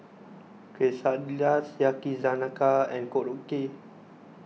Quesadillas Yakizakana and Korokke